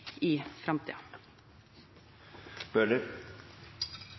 i